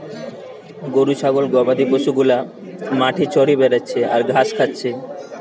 গরু ছাগল গবাদি পশু গুলা মাঠে চরে বেড়াচ্ছে আর ঘাস খাচ্ছে